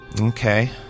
Okay